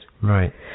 Right